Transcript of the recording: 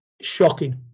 shocking